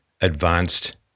advanced